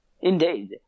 Indeed